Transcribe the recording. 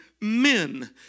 men